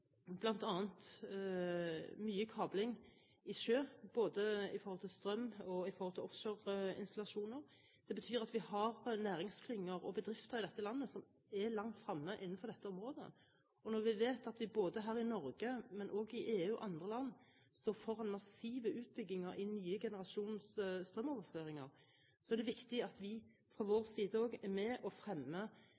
bl.a. mye kabling i sjø, både når det gjelder strøm og offshoreinstallasjoner. Det betyr at vi har næringsklynger og bedrifter i dette landet som er langt fremme innenfor dette området. Og når vi vet at vi her i Norge, men også i EU og andre land står foran massive utbygginger i nye generasjoners strømoverføringer, er det viktig at vi også fra vår